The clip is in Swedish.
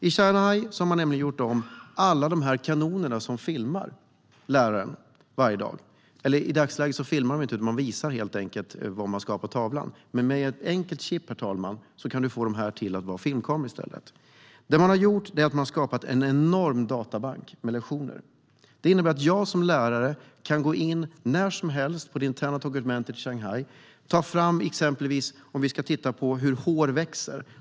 I Shanghai har man med ett enkelt chip gjort om alla kanoner som visar bilder på tavlan till filmkameror. Man har därigenom skapat en enorm databank med lektioner. Detta innebär att man som lärare när som helst kan gå in på det interna dokumentet i Shanghai och ta fram material om exempelvis hur hår växer.